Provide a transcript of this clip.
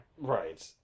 Right